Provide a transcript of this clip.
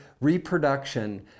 reproduction